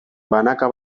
banaka